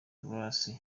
grace